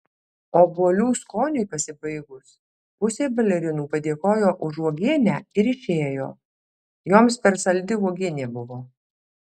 obuolių skoniui pasibaigus pusė balerinų padėkojo už uogienę ir išėjo joms per saldi uogienė buvo